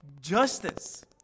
justice